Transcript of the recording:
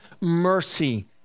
mercy